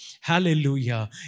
Hallelujah